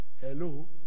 Hello